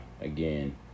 again